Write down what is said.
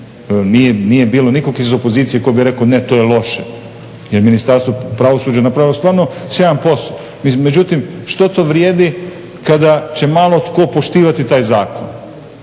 Nije bilo nikog iz opozicije tko bi rekao ne, to je loše. Jer Ministarstvo pravosuđa je napravilo stvarno sjajan posao. Međutim, što to vrijedi kada će malo tko poštivati taj zakon.